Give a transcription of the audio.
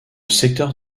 secteur